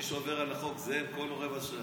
מי שעובר על החוק זה הם, כל רבע שעה.